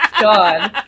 God